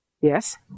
Yes